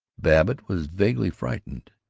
babbitt was vaguely frightened.